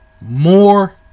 More